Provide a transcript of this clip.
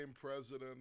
president